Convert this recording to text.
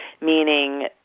meaning